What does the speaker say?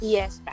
Yes